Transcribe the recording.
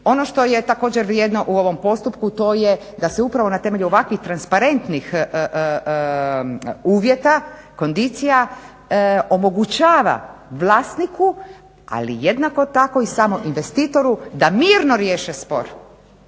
Ono što je također vrijedno u ovom postupku, to je da se upravo na temelju ovakvih transparentnih uvjeta kondicija omogućava vlasniku ali jednako tako i samo investitoru da mirno riješe spor